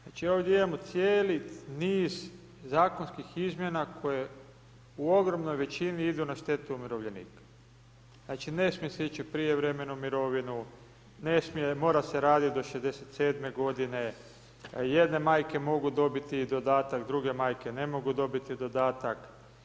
Znači ovdje imamo cijeli niz zakonskih izmjena koje u ogromnoj većini idu na štetu umirovljenika, znači ne smije se ići u prijevremenu mirovinu, ne smije mora se raditi do 67.-me godine, jedne majke mogu dobiti dodatak, druge majke ne mogu dobiti dodatak.